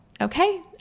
Okay